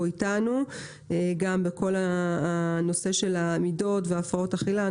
אתנו גם בכל נושא המידות וההפרעות האכילה.